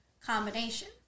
combination